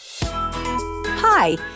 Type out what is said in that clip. Hi